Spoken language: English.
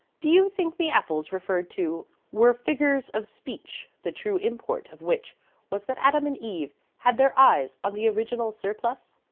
do you think the apples referred to were figures of speech, the true import of which was that adam and eve had their eyes on the original surplus?